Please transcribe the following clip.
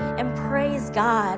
and praise god